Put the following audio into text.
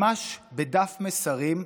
ממש בדף מסרים,